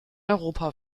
europa